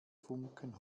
funken